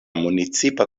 municipa